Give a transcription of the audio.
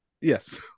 Yes